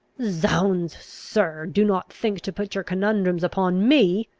zounds, sir, do not think to put your conundrums upon me!